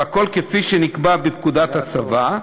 והכול כפי שנקבע בפקודת הצבא,